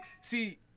see